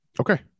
Okay